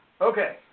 Okay